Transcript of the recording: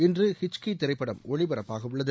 இன்று ஹிச்கி திரைப்படம் ஒளிபரப்பாகவுள்ளது